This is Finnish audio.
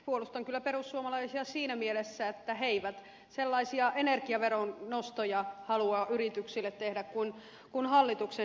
puolustan kyllä perussuomalaisia siinä mielessä että he eivät sellaisia energiaveron nostoja halua yrityksille tehdä kuin hallituksen esitys